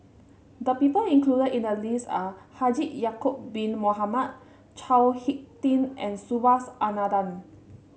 the people included in the list are Haji Ya'acob Bin Mohamed Chao HicK Tin and Subhas Anandan